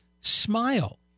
SMILE